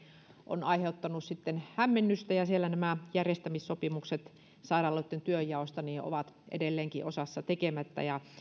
on aiheuttanut hämmennystä osassa niistä nämä järjestämissopimukset sairaaloitten työnjaosta ovat edelleenkin tekemättä